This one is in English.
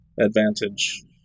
advantage